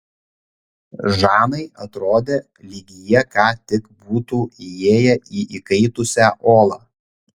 žanai atrodė lyg jie ką tik būtų įėję į įkaitusią olą